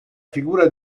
figura